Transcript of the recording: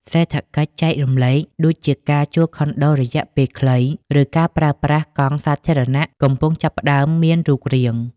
សេដ្ឋកិច្ចចែករំលែក ដូចជាការជួលខុនដូរយៈពេលខ្លី ឬការប្រើប្រាស់កង់សាធារណៈ កំពុងចាប់ផ្ដើមមានរូបរាង។